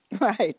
Right